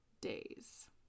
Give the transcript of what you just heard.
days